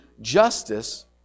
justice